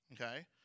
okay